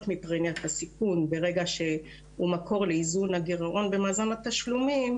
מפרמיית הסיכון ברגע שהוא מקור לאיזון הגירעון במאזן התשלומים,